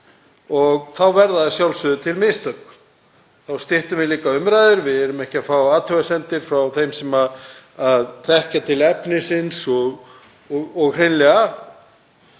og þá verða að sjálfsögðu til mistök. Þá styttum við líka umræður. Við fáum ekki athugasemdir frá þeim sem að þekkja til efnisins og hlutir